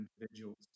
individuals